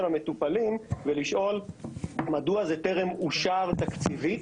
המטופלים ולשאול מדוע זה טרם אושר תקציבית?